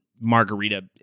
margarita